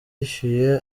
yishyuye